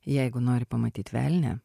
jeigu nori pamatyt velnią